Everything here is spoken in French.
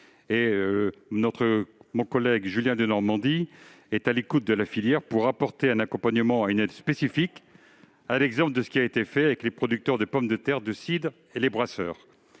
Mon collègue Julien Denormandie est à l'écoute de la filière pour lui apporter un accompagnement et une aide spécifiques, à l'exemple de ce qui a été fait avec les producteurs de pommes de terre, les producteurs de cidre et les brasseurs.